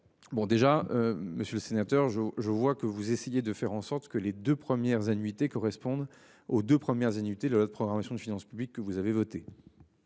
Bon déjà. Monsieur le sénateur Joe. Je vois que vous essayez de faire en sorte que les deux premières annuités correspondent aux 2 premières annuités de la programmation des finances publiques que vous avez voté.